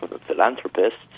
philanthropists